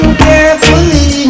carefully